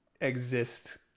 exist